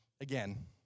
again